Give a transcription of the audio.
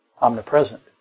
Omnipresent